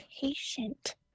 patient